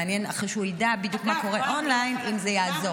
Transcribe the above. מעניין אם אחרי שהוא ידע בדיוק מה קורה און-ליין זה יעזור.